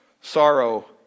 Sorrow